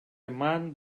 man